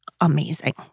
amazing